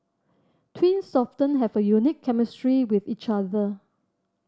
twins often have a unique chemistry with each other